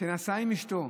שנסע עם אשתו,